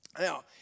Now